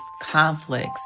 conflicts